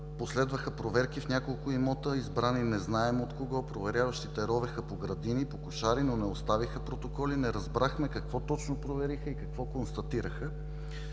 „Последваха проверки в няколко имота, избрани не знаем от кого. Проверяващите ровеха по градини, по кошари, но не оставиха протоколи. Не разбрахме какво точно провериха и какво констатираха.“